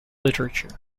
literature